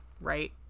right